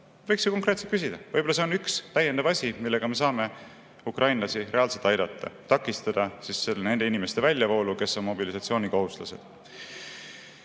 Võiks ju konkreetselt küsida. Võib-olla see on üks täiendav asi, millega me saame ukrainlasi reaalselt aidata: takistada nende inimeste väljavoolu, kes on mobilisatsioonikohuslased.